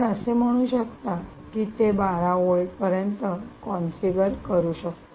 आपण असे म्हणू शकता की ते 12 व्होल्ट्स पर्यंत कॉन्फिगर करू शकता